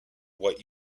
what